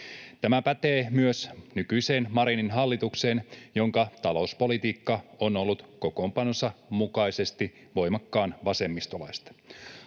Tämä pätee myös nykyiseen Marinin hallitukseen, jonka talouspolitiikka on ollut kokoonpanonsa mukaisesti voimakkaan vasemmistolaista.